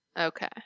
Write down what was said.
Okay